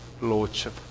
lordship